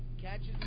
catches